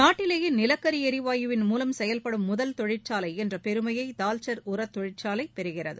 நாட்டிலேயே நிலக்கரி எரிவாயுவின் மூலம் செயல்படும் முதல் தொழிற்சாலை என்ற பெருமையை தால்ச்சர் உரத்தொழிற்சாலை பெறுகிறது